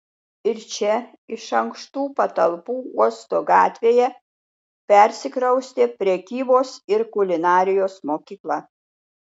ir čia iš ankštų patalpų uosto gatvėje persikraustė prekybos ir kulinarijos mokykla